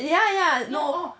ya ya no